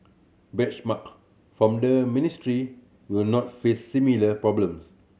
benchmark from the ministry will not face similar problems